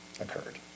occurred